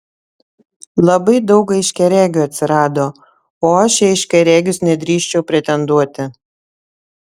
labai daug aiškiaregių atsirado o aš į aiškiaregius nedrįsčiau pretenduoti